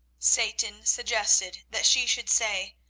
satan suggested that she should say,